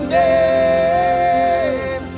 name